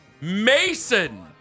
Mason